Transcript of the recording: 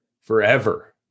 forever